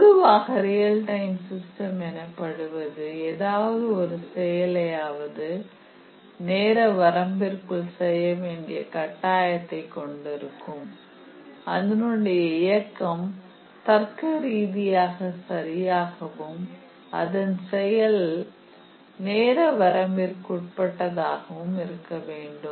பொதுவாக real time system எனப்படுவது ஏதாவது ஒரு செயலையாவது நேர வரம்பிற்குள் செய்யவேண்டிய கட்டாயத்தை கொண்டிருக்கும் அதனுடைய இயக்கம் தர்க்கரீதியாக சரியாகவும் அந்த செயல் நேர வரம்பிற்கு உட்பட்டதாகும் இருக்க வேண்டும்